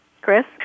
Chris